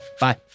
Bye